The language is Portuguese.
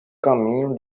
caminho